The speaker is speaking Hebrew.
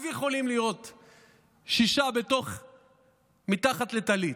אז יכולים להיות שישה מתחת לטלית.